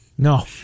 No